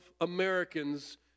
Americans